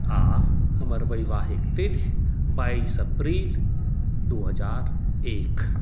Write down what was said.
आओर हमर वैवाहिक तिथि बाइस अप्रैल दू हजार एक